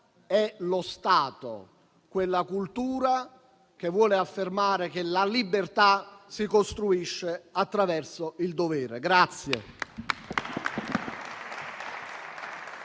è lo Stato, quella cultura che vuole affermare che la libertà si costruisce attraverso il dovere.